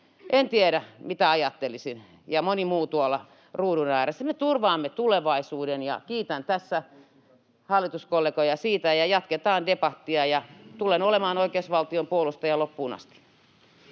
tiedä, mitä ajattelisin ja moni muu tuolla ruudun ääressä. Me turvaamme tulevaisuuden, ja kiitän tässä hallituskollegoja siitä. Jatketaan debattia. Tulen olemaan oikeusvaltion puolustaja loppuun asti.